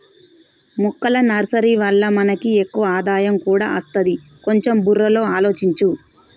మొక్కల నర్సరీ వల్ల మనకి ఎక్కువ ఆదాయం కూడా అస్తది, కొంచెం బుర్రలో ఆలోచించు